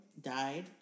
died